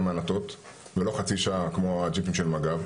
מענתות ולא חצי שעה כמו הג'יפים של מג"ב,